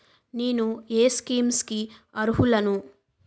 నేను ఏ స్కీమ్స్ కి అరుహులను?